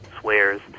swears